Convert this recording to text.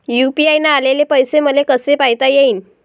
UPI न आलेले पैसे मले कसे पायता येईन?